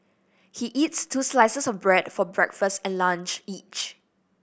he eats two slices of bread for breakfast and lunch each